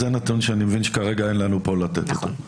זה נתון שאני מבין שכרגע אין לנו פה לתת אותו.